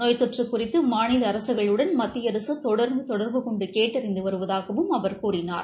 நோய் தொற்று குறித்து மாநில அரசுகளுடன் மத்திய அரசு தொடர்ந்து தொடர்பு கொண்டு கேட்டறிந்து வருவதாகவும் அவர் கூறினார்